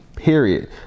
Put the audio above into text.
period